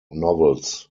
novels